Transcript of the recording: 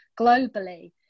globally